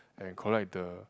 and collect the